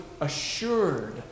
assured